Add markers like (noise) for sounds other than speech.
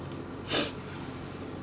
(breath)